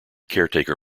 caretaker